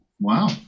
wow